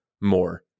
more